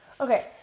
Okay